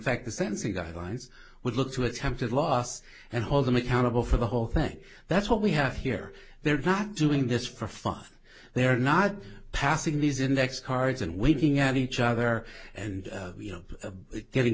fact the sense of guidelines would look to attempt a loss and hold them accountable for the whole thing that's what we have here they're not doing this for fun they're not passing these index cards and waving at each other and you know getting